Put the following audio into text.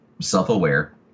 self-aware